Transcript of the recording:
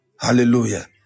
Hallelujah